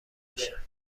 بشه